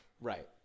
right